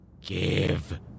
give